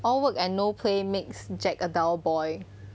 all work and no play makes jack a dull boy